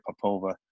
Popova